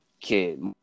kid